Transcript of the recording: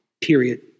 Period